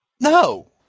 No